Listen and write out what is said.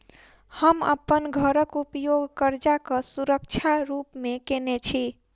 हम अप्पन घरक उपयोग करजाक सुरक्षा रूप मेँ केने छी